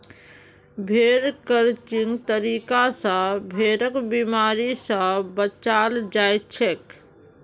भेड़ क्रचिंग तरीका स भेड़क बिमारी स बचाल जाछेक